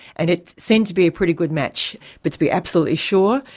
and it seemed to be a pretty good match. but to be absolutely sure,